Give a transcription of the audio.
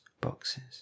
boxes